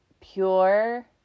Pure